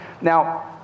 Now